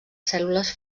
cèl·lules